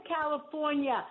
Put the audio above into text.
California